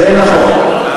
זה נכון.